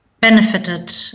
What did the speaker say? benefited